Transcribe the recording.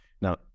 Now